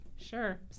sure